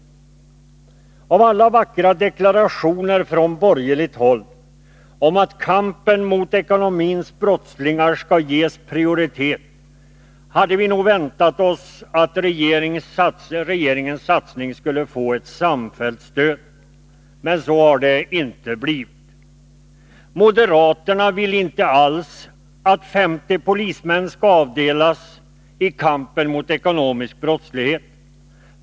Efter alla vackra deklarationer från borgerligt håll om att kampen mot ekonomins brottslingar skall ges prioritet hade vi nog väntat oss att regeringens satsning skulle få ett samfällt stöd. Men så har inte blivit fallet. Moderaterna vill inte alls att 50 polismän skall avdelas för kampen mot ekonomisk brottslighet.